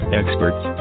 experts